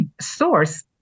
source